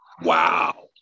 Wow